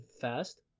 fast